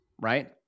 Right